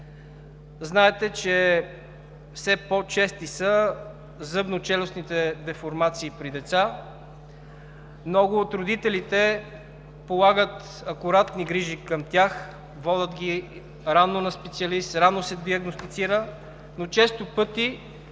Знаете, че все по-чести са зъбно-челюстните деформации при деца. Много от родителите полагат акуратни грижи към тях, водят ги рано на специалист, рано се диагностицира, но често пъти